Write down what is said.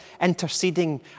interceding